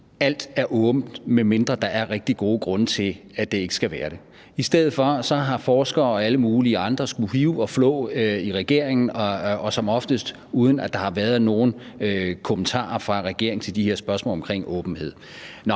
Alt er åbent, medmindre der er rigtig gode grunde til, at det ikke skal være det. I stedet for har forskere og alle mulige andre skullet hive og flå i regeringen og som oftest, uden at der har været nogen kommentarer fra regeringen til de her spørgsmål om åbenhed.